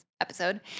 episode